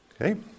Okay